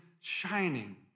shining